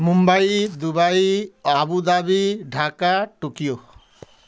Mumbai Dubai Abu Dhabi Dhaka Tokyo